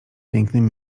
pięknym